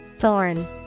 Thorn